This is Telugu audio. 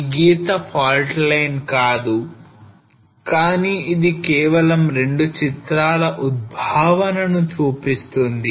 ఈ గీత fault line కాదు కానీ ఇది కేవలం రెండు చిత్రాల ఉద్భవన ను చూపిస్తుంది